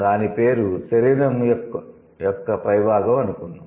దాని పేరు శరీరం యొక్క పై భాగo అనుకుందాం